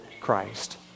Christ